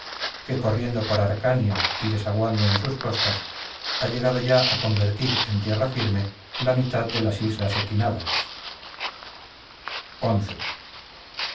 que corriendo por acarnia y desaguando en sus costas ha llegado ya a convertir en tierra firme la mitad de las islas equinadas